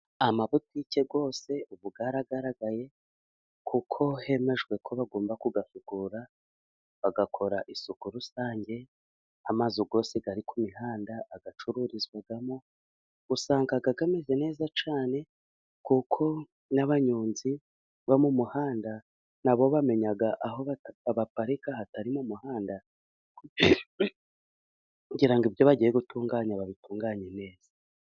Amabotike yose ubu yaragaragaye, kuko hemejwe ko bagomba kuyasukura bagakora isuku rusange n'amazu yose ari ku mihanda agacururizwamo. Usanga ameze neza cyane, kuko n'abanyonzi bo mu muhanda na bo bamenya aho baparika hatari mu muhanda.